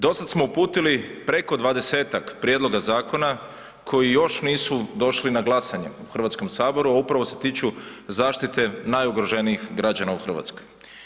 Do sada smo uputili preko 20-tak prijedloga zakona koji još nisu došli na glasanje u Hrvatskom saboru, a upravo se tiču zaštite najugroženijih građana Hrvatskoj.